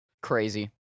crazy